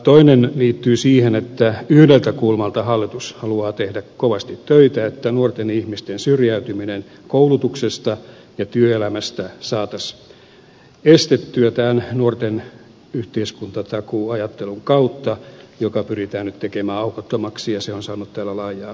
toinen huomio liittyy siihen että yhdeltä kulmalta hallitus haluaa tehdä kovasti töitä että nuorten ihmisten syrjäytyminen koulutuksesta ja työelämästä saataisiin estettyä tämän nuorten yhteiskuntatakuuajattelun kautta joka pyritään nyt tekemään aukottomaksi ja se on saanut täällä laajaa kannatusta